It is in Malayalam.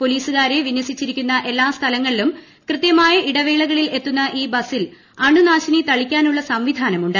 പോലീസുകാരെ വിന്യസിച്ചിരിക്കുന്ന എല്ലാ സ്ഥലങ്ങളിലും കൃത്യമായ ഇടവേളകളിൽ എത്തുന്ന ഈ ബസിൽ അണുനാശിനി തളിക്കാനുളള സംവിധാനമുണ്ട്